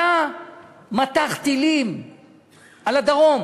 היה מטח טילים על הדרום